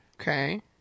Okay